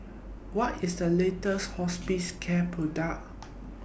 What IS The latest Hospicare Product